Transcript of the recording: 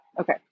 Okay